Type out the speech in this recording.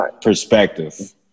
perspective